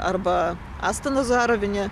arba asta nazarovienė